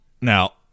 Now